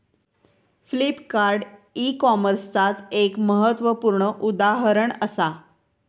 Flipkart e कॉमर्सचाच एक महत्वपूर्ण उदाहरण असा